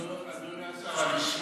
אדוני השר, אני אשמח,